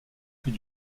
plus